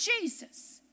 Jesus